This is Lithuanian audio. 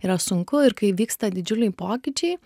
yra sunku ir kai vyksta didžiuliai pokyčiai